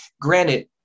granted